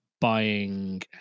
buying